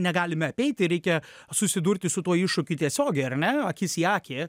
negalime apeiti reikia susidurti su tuo iššūkiu tiesiogiai ar ne akis į akį